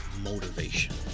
motivation